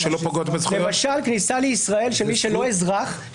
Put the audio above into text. למשל כניסה לישראל של מי שאינו אזרח.